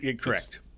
Correct